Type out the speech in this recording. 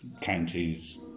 counties